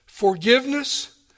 Forgiveness